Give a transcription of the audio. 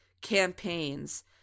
campaigns